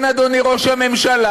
כן, אדוני ראש הממשלה.